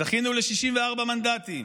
זכינו ל-64 מנדטים.